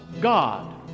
God